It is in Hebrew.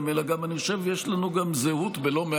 אני אדבר אליך ואזהיר אותך שלא תפריע לשר.